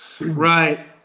Right